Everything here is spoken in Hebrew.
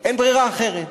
ברירה אחרת.